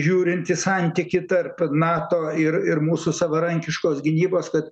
žiūrint į santykį tarp nato ir ir mūsų savarankiškos gynybos kad